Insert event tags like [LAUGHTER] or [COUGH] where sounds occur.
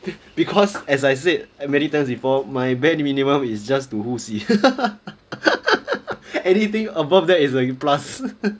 because as I said many times before my bare minimum is just to 呼吸 [LAUGHS] anything above that is a plus